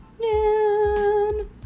Noon